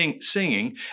singing